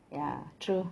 ya true